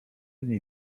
dni